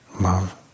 love